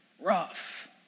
rough